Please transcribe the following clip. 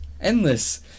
Endless